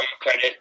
credit